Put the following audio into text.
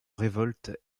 révolte